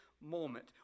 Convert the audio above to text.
moment